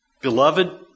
Beloved